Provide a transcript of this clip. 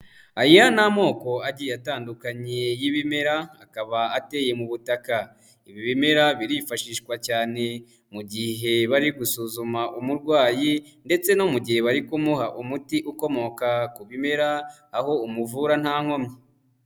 Aya ni amoko agiye atandukanye y'ibimera akaba ateye mu butaka. Ibimera birifashishwa cyane mu gihe bari gusuzuma umurwayi ndetse no mu gihe bari kumuha umuti ukomoka ku bimera aho umuvura nta nkomyi.